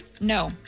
No